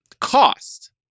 cost